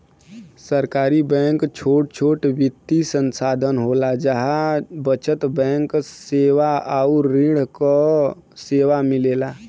सहकारी बैंक छोट छोट वित्तीय संस्थान होला जहा बचत बैंक सेवा आउर ऋण क सेवा मिलेला